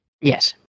Yes